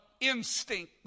instinct